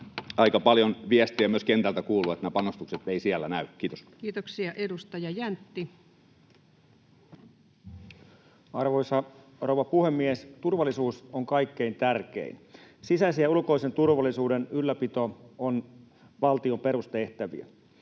Aika paljon viestiä myös kentältä kuuluu, että nämä panostukset eivät siellä näy. — Kiitos. Kiitoksia. — Edustaja Jäntti. Arvoisa rouva puhemies! Turvallisuus on kaikkein tärkein. Sisäisen ja ulkoisen turvallisuuden ylläpito on valtion perustehtäviä.